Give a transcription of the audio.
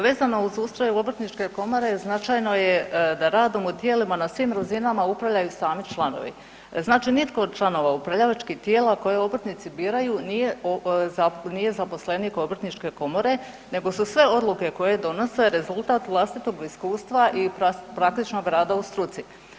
Vezano uz ustroj obrtničke komore značajno je da radom u tijelima na svim razinama upravljaju sami članovi, znači nitko od članova upravljačkih tijela koje obrtnici biraju nije zaposlenik obrtničke komore nego su sve odluke koje donose rezultat vlastitog iskustva i praktičnog rada u struci.